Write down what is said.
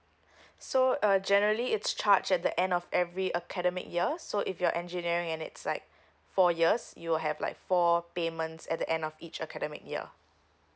so uh generally it's charged at the end of every academic year so if you're engineering and it's like four years you will have like four payments at the end of each academic year